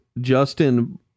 Justin